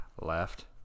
left